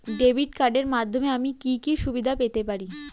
Debit কার্ডের মাধ্যমে আমি কি কি সুবিধা পেতে পারি?